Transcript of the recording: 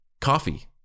coffee